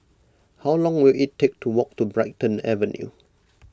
how long will it take to walk to Brighton Avenue